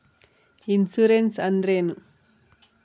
Insurance ಅಂದ್ರೇನು?